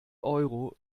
euro